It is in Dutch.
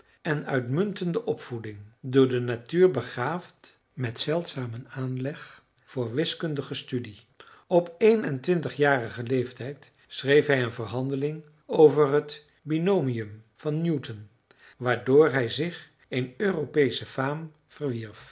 en uitmuntende opvoeding door de natuur begaafd met zeldzamen aanleg voor wiskundige studie op een en twintigjarigen leeftijd schreef hij een verhandeling over het binomium van newton waardoor hij zich een europeeschen